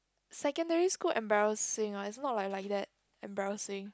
secondary school embarrassing ah is not like like that embarrassing